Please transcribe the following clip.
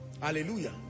hallelujah